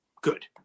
good